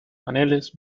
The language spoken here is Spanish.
paneles